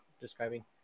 describing